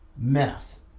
mess